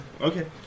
Okay